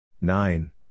Nine